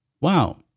Wow